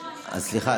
--- סליחה.